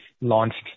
launched